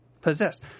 possessed